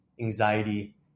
anxiety